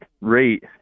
rate